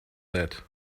that